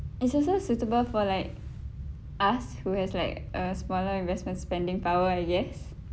it's also suitable for like us who has like a smaller investment spending power I guess